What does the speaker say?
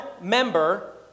member